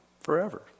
forever